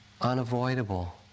unavoidable